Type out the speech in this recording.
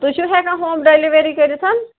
تُہۍ چھِو ہٮ۪کان ہوم ڈیلؤری کٔرِتھ